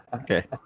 Okay